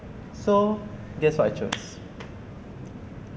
so guess what I chose